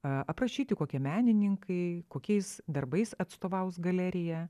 aprašyti kokie menininkai kokiais darbais atstovaus galeriją